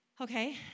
Okay